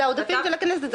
זה העודפים של הכנסת,